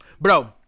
Bro